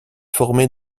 formée